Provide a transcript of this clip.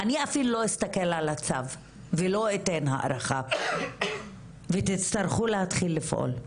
אני אפילו לא אסתכל על הצו ולא אתן הארכה ותצטרכו להתחיל לפעול,